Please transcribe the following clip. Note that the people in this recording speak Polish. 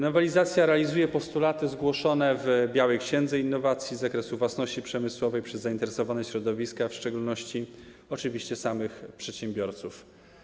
Nowelizacja realizuje postulaty zgłoszone w „Białej księdze innowacji” z zakresu własności przemysłowej przez zainteresowane środowiska, a w szczególności oczywiście samych przedsiębiorców.